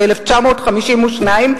מ-1952,